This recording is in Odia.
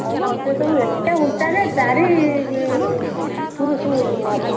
ଆଉ ସେସବୁ ଏତେ ଉଞ୍ଚା ଯେ ଚାରି ପୁରୁଷ ହେବ